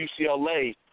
UCLA